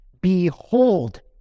Behold